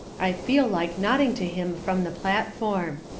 i feel like nodding to him from the platform.